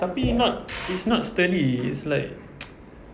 tapi not it's not sturdy it's like